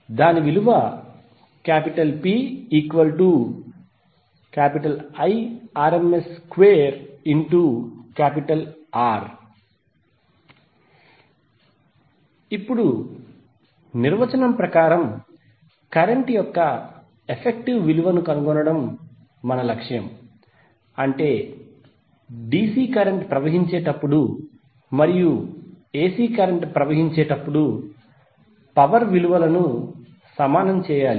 దాని విలువ PIrms2R ఇప్పుడు నిర్వచనం ప్రకారం కరెంట్ యొక్క ఎఫెక్టివ్ విలువను కనుగొనడం మా లక్ష్యం అంటే DC కరెంట్ ప్రవహించేటప్పుడు మరియు AC కరెంట్ ప్రవహించేటప్పుడు పవర్ విలువను సమానం చేయాలి